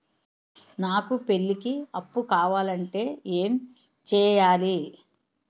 నాకు పెళ్లికి అప్పు కావాలంటే ఏం చేయాలి?